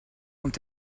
ont